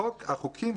החוקים,